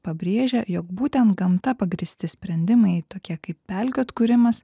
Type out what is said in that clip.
pabrėžė jog būtent gamta pagrįsti sprendimai tokie kaip pelkių atkūrimas